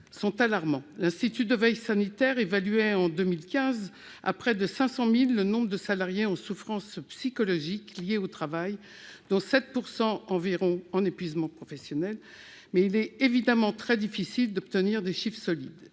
sont alarmants : l'Institut de veille sanitaire évaluait en 2015 à près de 500 000 le nombre de salariés en état de souffrance psychologique liée au travail, parmi lesquels 7 % environ étaient en épuisement professionnel- il est évidemment très difficile d'obtenir des chiffres solides.